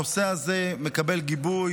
הנושא הזה מקבל גיבוי,